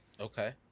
Okay